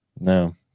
No